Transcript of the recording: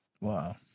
Wow